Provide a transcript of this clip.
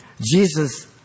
Jesus